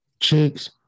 Chicks